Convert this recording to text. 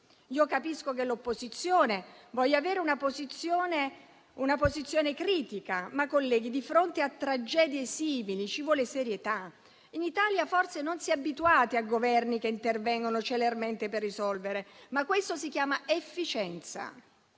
Io capisco che l'opposizione voglia avere una posizione critica, ma, colleghi, di fronte a tragedie simili ci vuole serietà. In Italia forse non si è abituati a Governi che intervengono celermente per risolvere, ma questa si chiama efficienza.